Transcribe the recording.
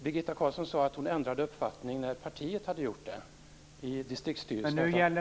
Birgitta Carlsson sade att hon ändrade uppfattning när partiet i distriktsstyrelsen hade gjort det.